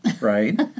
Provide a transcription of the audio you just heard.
right